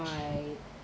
my